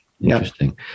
Interesting